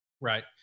Right